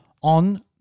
on